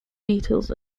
beetles